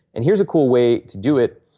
and here is a cool way to do it,